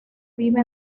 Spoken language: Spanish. vive